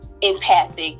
empathic